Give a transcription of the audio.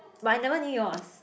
but I never knew yours